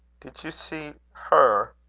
did you see her?